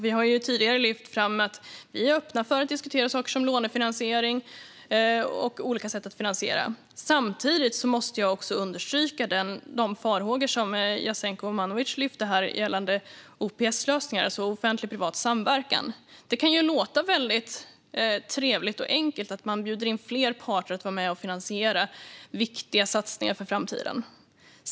Vi har tidigare lyft fram att vi är öppna för att diskutera saker som lånefinansiering och olika sätt att finansiera. Samtidigt måste jag understryka de farhågor som Jasenko Omanovic lyfte upp gällande OPS-lösningar, alltså offentlig-privat samverkan. Det kan låta trevligt och enkelt att man bjuder in fler parter att vara med och finansiera viktiga satsningar för framtiden.